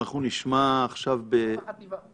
אנחנו נשמע עכשיו --- לגבי החטיבה.